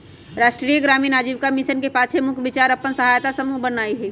राष्ट्रीय ग्रामीण आजीविका मिशन के पाछे मुख्य विचार अप्पन सहायता समूह बनेनाइ हइ